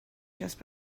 just